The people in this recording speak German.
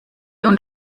und